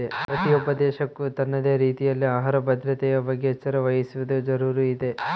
ಪ್ರತಿಯೊಂದು ದೇಶಕ್ಕೂ ತನ್ನದೇ ರೀತಿಯಲ್ಲಿ ಆಹಾರ ಭದ್ರತೆಯ ಬಗ್ಗೆ ಎಚ್ಚರ ವಹಿಸುವದು ಜರೂರು ಇದೆ